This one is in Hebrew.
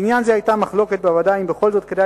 בעניין זה היתה מחלוקת בוועדה אם בכל זאת כדאי